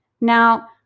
Now